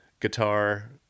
guitar